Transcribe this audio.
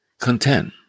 content